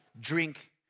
drink